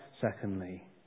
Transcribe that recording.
secondly